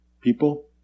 people